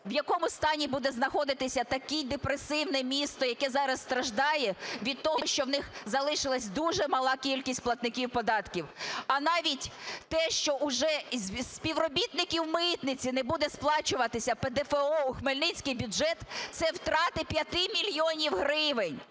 в якому стані буде знаходитися таке депресивне місто, яке зараз страждає від того, що у них залишилася дуже мала кількість платників податків. А навіть те, що вже із співробітників митниці не буде сплачуватися ПДФО у хмельницький бюджет, це втрати 5 мільйонів гривень.